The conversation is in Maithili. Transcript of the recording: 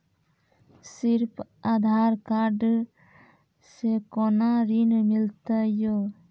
सिर्फ आधार कार्ड से कोना के ऋण मिलते यो?